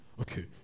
Okay